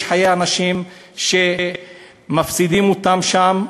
אנשים מפסידים את חייהם שם.